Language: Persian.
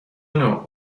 نوع